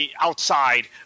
outside